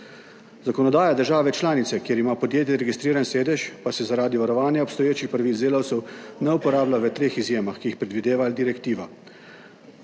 Zakonodaja države članice, kjer ima podjetje registriran sedež, pa se zaradi varovanja obstoječih pravic delavcev ne uporablja v treh izjemah, ki jih predvideva direktiva.